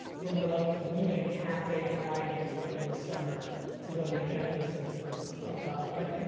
where they're like leaving half day friday during the summer to go to the hamptons to like hook up. like it,